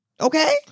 Okay